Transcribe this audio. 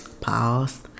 pause